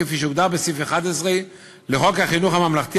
כפי שהוגדר בסעיף 11 לחוק חינוך ממלכתי,